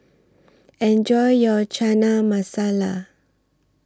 Enjoy your Chana Masala